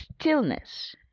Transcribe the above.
stillness